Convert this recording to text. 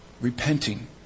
Repenting